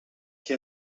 qui